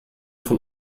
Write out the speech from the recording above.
von